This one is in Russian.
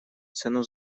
цену